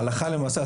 הלכה למעשה,